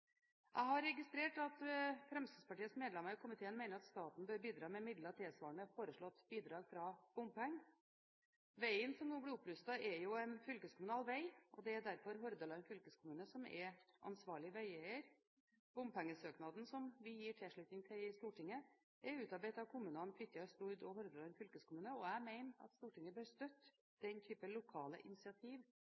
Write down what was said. Jeg har registrert at Fremskrittspartiets medlemmer i komiteen mener at staten bør bidra med midler tilsvarende foreslått bidrag fra bompenger. Veien som nå blir opprustet, er jo en fylkeskommunal vei, og det er derfor Hordaland fylkeskommune som er ansvarlig veieier. Bompengesøknaden som får tilslutning i Stortinget, er utarbeidet av kommunene Fitjar og Stord samt Hordaland fylkeskommune. Jeg mener at Stortinget bør støtte